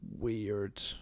weird